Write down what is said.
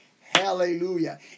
hallelujah